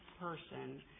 person